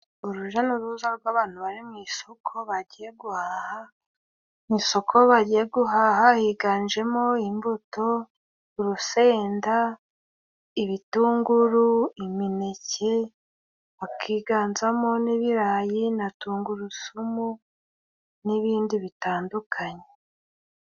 Urujya n'uruza rw'abantu bari mu isoko，bagiye guhaha mu isoko， bagiye guhaha higanjemo： imbuto，urusenda， ibitunguru，imineke，hakiganzamo n'ibirayi na tungurusumu n'ibindi bitandukanye.